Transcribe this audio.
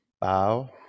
Bow